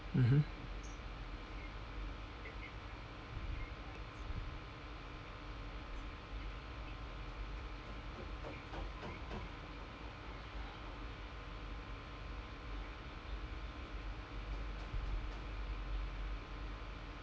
mmhmm